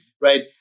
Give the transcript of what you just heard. right